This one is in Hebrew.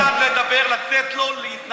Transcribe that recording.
אני ביקשתי כאן לדבר, לתת לו להתנצל.